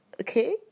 Okay